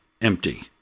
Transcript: empty